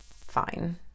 fine